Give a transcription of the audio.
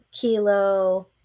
kilo